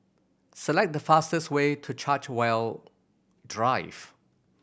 select the fastest way to Chartwell Drive